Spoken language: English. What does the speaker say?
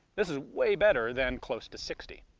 this is way better than close to sixty.